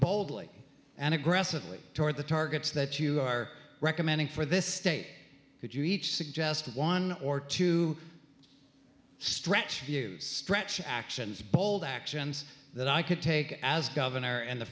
boldly and aggressively toward the targets that you are recommending for this state could you each suggest one or two stretch views stretch actions bold actions that i could take as governor and the